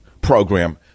program